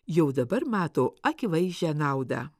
jau dabar mato akivaizdžią naudą